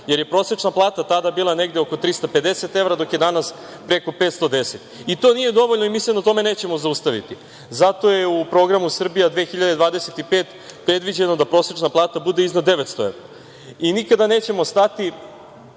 jer je prosečna plata tada bila negde oko 350 evra, dok je danas preko 510 evra. I to nije dovoljno i mi se na tome nećemo zaustaviti. Zato je u programu „Srbija 2025“ predviđeno da prosečna plata bude iznad 900 evra, i nikada nećemo stati